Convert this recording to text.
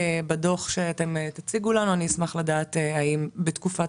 בדוח שאתם תציגו לנו אני אשמח לדעת האם בתקופת